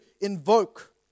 invoke